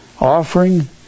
offering